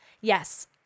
Yes